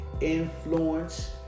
influence